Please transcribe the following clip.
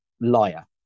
liar